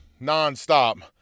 nonstop